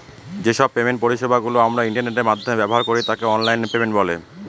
যে সব পেমেন্ট পরিষেবা গুলো আমরা ইন্টারনেটের মাধ্যমে ব্যবহার করি তাকে অনলাইন পেমেন্ট বলে